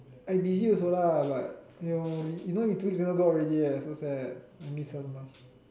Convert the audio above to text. I busy also lah but you you know we two weeks never go out already eh ya so sad I miss her so much